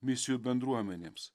misijų bendruomenėms